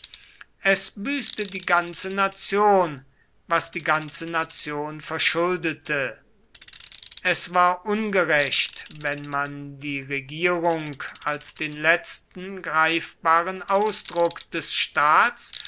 es büßte die ganze nation was die ganze nation verschuldete es war ungerecht wenn man die regierung als den letzten greifbaren ausdruck des staats